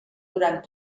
durant